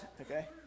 okay